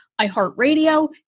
iHeartRadio